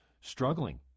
struggling